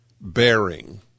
bearing